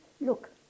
look